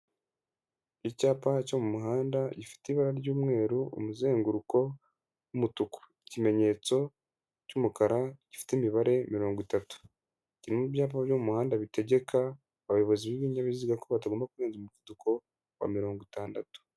Icyapa cyo mu muhanda gifite ibara ry'umweru, umuzenguruko w'umutuku, ikimenyetso cy'umukara gifite imibare mirongo itatu, kiri mu byapa byo mu muhanda bitegeka abayobozi b'ibinyabiziga ko batagomba kurenza umuvuduko wa mirongo itandatu.